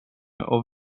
och